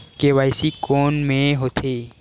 KYC कोन में होथे?